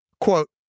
quote